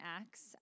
Acts